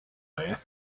there